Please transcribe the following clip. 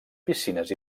piscines